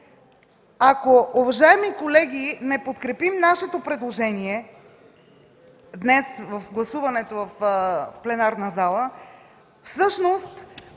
Ако, уважаеми колеги, не подкрепим нашето предложение днес с гласуване в пленарната зала, всъщност